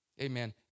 Amen